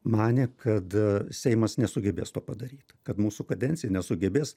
manė kad seimas nesugebės to padaryt kad mūsų kadencija nesugebės